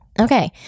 Okay